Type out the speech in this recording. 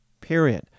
period